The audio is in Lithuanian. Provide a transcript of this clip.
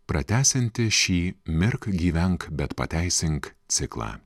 pratęsianti šį mirk gyvenk bet pateisink ciklą